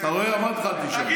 אתה רואה, אמרתי לך, אל תשאל.